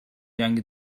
جنگ